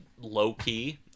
low-key